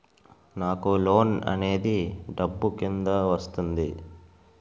నాకు లోన్ అనేది డబ్బు కిందా వస్తుందా?